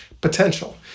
potential